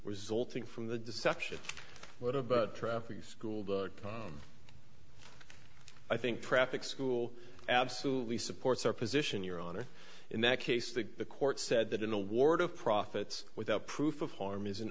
resulting from the deception what about traffic school i think traffic school absolutely supports our position your honor in that case that the court said that in a ward of profits without proof of harm is